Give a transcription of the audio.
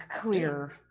clear